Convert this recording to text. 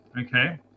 Okay